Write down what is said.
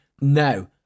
no